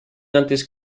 antes